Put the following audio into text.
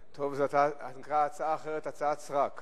טוב, זו היתה הצעה אחרת, הצעת סרק.